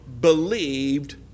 believed